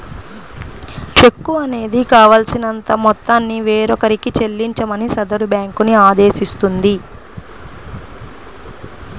చెక్కు అనేది కావాల్సినంత మొత్తాన్ని వేరొకరికి చెల్లించమని సదరు బ్యేంకుని ఆదేశిస్తుంది